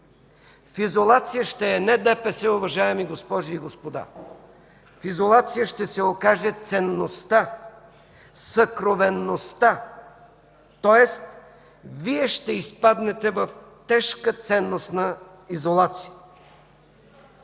В изолация ще е не ДПС, уважаеми госпожи и господа! В изолация ще се окаже ценността, съкровеността, тоест Вие ще изпаднете в тежка ценностна изолация.